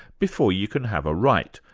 before you can have a right,